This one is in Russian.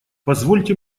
позвольте